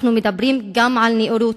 אנחנו מדברים גם על נאורות,